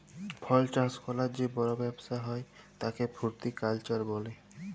ফল চাষ ক্যরার যে বড় ব্যবসা হ্যয় তাকে ফ্রুটিকালচার বলে